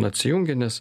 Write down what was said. atsijungė nes